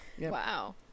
Wow